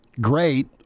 great